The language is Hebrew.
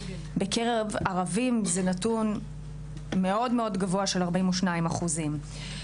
בקרב ערבים זה נתון מאוד מאוד גבוה של 42 אחוזים,